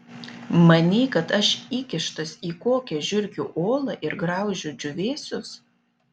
manei kad aš įkištas į kokią žiurkių olą ir graužiu džiūvėsius